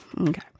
Okay